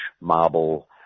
marble